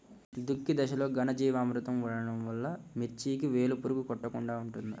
దుక్కి దశలో ఘనజీవామృతం వాడటం వలన మిర్చికి వేలు పురుగు కొట్టకుండా ఉంటుంది?